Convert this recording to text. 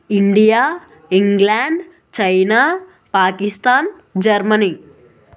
India England China Pakistan Germany